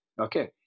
Okay